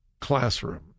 classroom